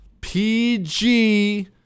PG